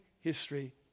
history